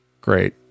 Great